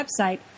website